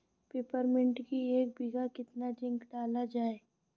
Peppermint की एक बीघा कितना जिंक डाला जाए?